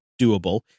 doable